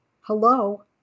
hello